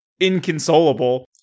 inconsolable